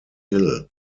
hill